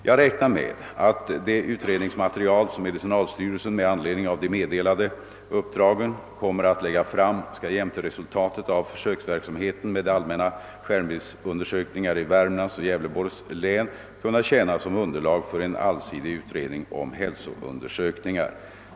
Jag räknar med att det utredningsmaterial, som medicinalstyrelsen med anledning av de meddelade uppdragen kommer att lägga fram, skall jämte resultatet av försöksverksamheten med allmänna skärmbildsundersökningar i Värmlands och Gävleborgs län kunna tjäna som underlag för en allsidig utredning om hälsoundersökningar.